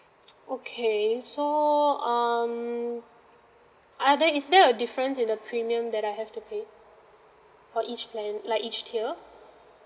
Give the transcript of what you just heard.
okay so um are there is there a difference in the premium that I have to pay for each plan like each tier